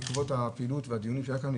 בעקבות הפעילות והדיונים היו כאן,